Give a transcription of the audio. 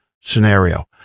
scenario